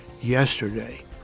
yesterday